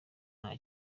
ari